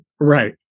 Right